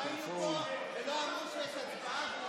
אנחנו היינו פה ולא אמרו שיש הצבעה,